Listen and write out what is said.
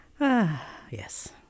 Yes